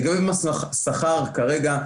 לגבי מס שכר כרגע,